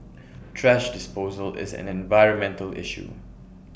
thrash disposal is an environmental issue